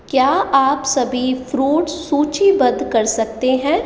क्या आप सभी फ्रूट्स सूचीबद्ध कर सकते हैं